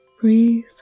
Breathe